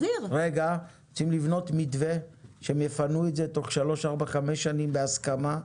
צריך לבנות מתווה שהם יפנו את זה תוך 3,4,5 שנים בהסכמה,